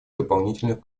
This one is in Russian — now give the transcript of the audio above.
дополнительных